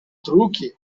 truque